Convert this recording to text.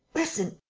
listen.